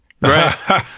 right